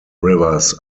rivers